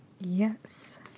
Yes